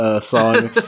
song